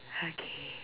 okay